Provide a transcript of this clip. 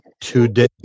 today